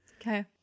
Okay